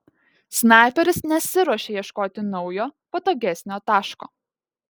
snaiperis nesiruošė ieškoti naujo patogesnio taško